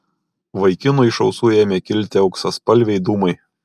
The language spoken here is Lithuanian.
vaikinui iš ausų ėmė kilti auksaspalviai dūmai